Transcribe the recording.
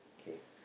K